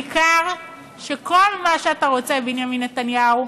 ניכר שכל מה שאתה רוצה, בנימין נתניהו,